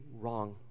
wrong